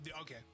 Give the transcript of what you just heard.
Okay